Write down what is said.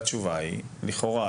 התשובה לכאורה,